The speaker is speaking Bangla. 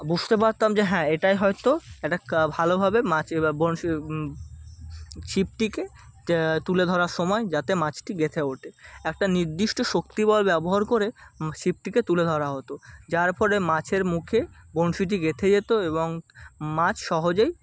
বুঝতে পারতাম যে হ্যাঁ এটায় হয়তো একটা কা ভালোভাবে মাছে বা বঁড়শি ছিপটিকে ট্ তুলে ধরার সময় যাতে মাছটি গেঁথে ওঠে একটা নির্দিষ্ট শক্তিবল ব্যবহার করে ছিপটিকে তুলে ধরা হতো যার ফলে মাছের মুখে বঁড়শিটি গেঁথে যেত এবং মাছ সহজেই